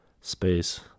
space